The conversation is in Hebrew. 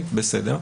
בסדר.